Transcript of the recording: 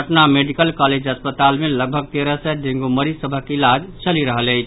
Patna medical college अस्पताल मे लगभग तेरह सय डेंगू मरीज सभक इलाज चलि रहल अछि